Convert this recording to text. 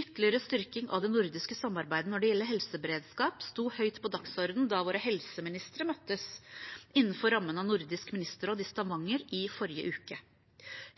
Ytterligere styrking av det nordiske samarbeidet når det gjelder helseberedskap, sto høyt på dagsordenen da våre helseministre møttes innenfor rammen av Nordisk ministerråd i Stavanger i forrige uke.